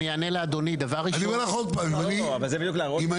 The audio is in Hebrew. אני אומר לך עוד פעם, אם אני